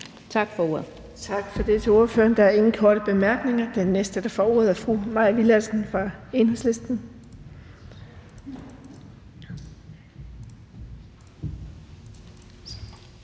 Tak for ordet.